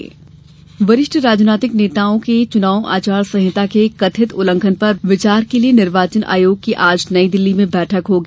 चुनाव आयोग बैठक वरिष्ठ राजनीतिक नेताओं के चुनाव आचार संहिता के कथित उल्लंघन पर विचार के लिए निर्वाचन आयोग की आज नई दिल्ली में बैठक होगी